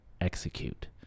execute